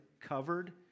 covered